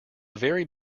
very